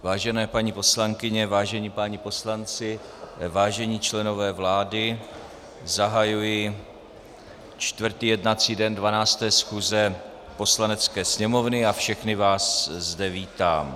Vážené paní poslankyně, vážení páni poslanci, vážení členové vlády, zahajuji čtvrtý jednací den 12. schůze Poslanecké sněmovny a všechny vás zde vítám.